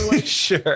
sure